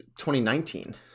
2019